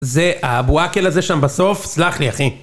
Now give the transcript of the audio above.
זה הבואקל הזה שם בסוף, סלח לי אחי.